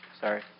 sorry